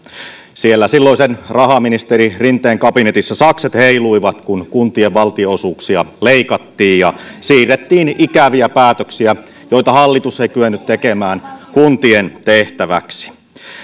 siellä silloisen rahaministeri rinteen kabinetissa sakset heiluivat kun kuntien valtionosuuksia leikattiin ja siirrettiin ikäviä päätöksiä joita hallitus ei kyennyt tekemään kuntien tehtäväksi